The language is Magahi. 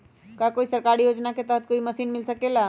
का कोई सरकारी योजना के तहत कोई मशीन मिल सकेला?